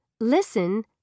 Listen